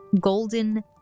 golden